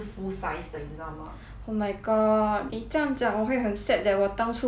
oh my god 你这样讲我会很 sad that 我当初没有买 sia